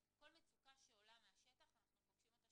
כל מצוקה שעולה מהשטח אנחנו פוגשים אותה